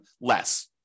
less